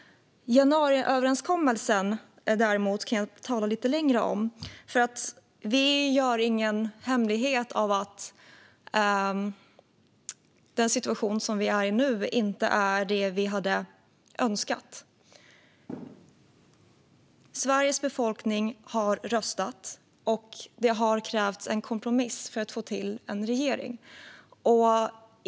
Januariöverenskommelsen kan jag däremot tala lite längre om. Vi gör ingen hemlighet av att den situation som vi är i nu inte är den vi hade önskat. Sveriges befolkning har röstat, och det har krävts en kompromiss för att få till en regering.